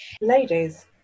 Ladies